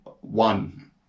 one